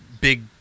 big